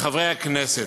לחברי הכנסת: